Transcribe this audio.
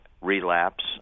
relapse